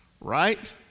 right